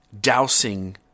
dousing